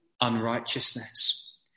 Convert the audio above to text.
unrighteousness